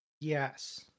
yes